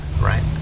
right